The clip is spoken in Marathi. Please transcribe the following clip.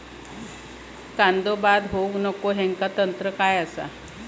कांदो बाद होऊक नको ह्याका तंत्र काय असा?